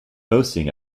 boasting